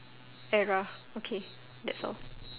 era okay that's all